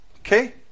Okay